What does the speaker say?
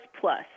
plus